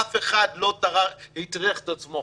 אף אחד לא הטריח את עצמו,